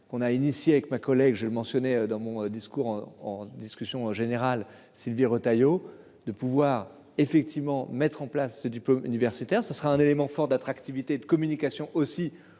qu'on a initié avec ma collègue j'ai mentionné dans mon discours en discussion en général. Sylvie Retailleau, de pouvoir effectivement mettre en place ce diplôme universitaire, ce sera un élément fort d'attractivité de communication aussi